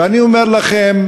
ואני אומר לכם,